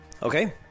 Okay